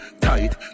tight